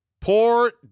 Poor